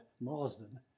Marsden